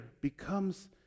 becomes